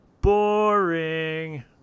Boring